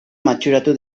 matxuratu